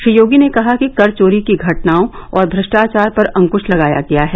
श्री योगी ने कहा कि कर चोरी की घटनाओं और भ्रष्टाचार पर अंकुश लगाया गया है